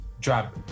Drop